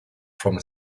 from